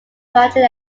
bradley